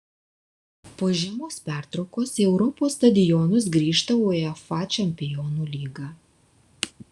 po žiemos pertraukos į europos stadionus grįžta uefa čempionų lyga